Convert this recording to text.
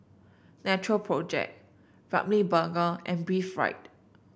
Natural Project Ramly Burger and Breathe Right